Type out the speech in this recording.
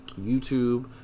YouTube